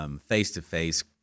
face-to-face